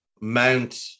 Mount